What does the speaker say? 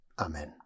Amen